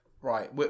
Right